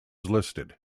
listed